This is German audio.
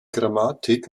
grammatik